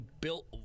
built